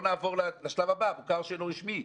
נעבור לשלב הבא, מוכר שאינו רשמי.